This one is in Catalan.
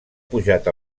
pujat